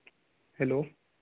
hello